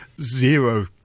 zero